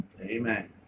Amen